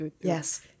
Yes